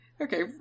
okay